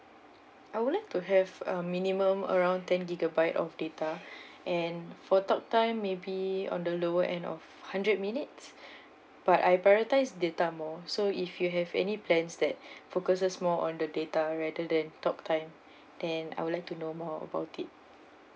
I would like to have a minimum around ten gigabyte of data and for talk time maybe on the lower end of hundred minutes but I prioritise data more so if you have any plans that focuses more on the data rather than talk time then I would like to know more about it